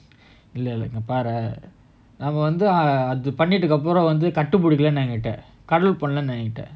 இல்லைல்ல:illaila I wonder are the இங்கபாரேன்நாமஅதபண்ணிட்டஅப்புறம்கட்டிபிடிக்கலாம்னஎன்கிட்ட:inga paren naama atha pannitta appuram katti pidikkalamna enkkitta cuddle பண்ணலாம்னஎங்கிட்ட:pannalamna engkitta